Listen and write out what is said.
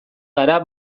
gara